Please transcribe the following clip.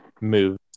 moves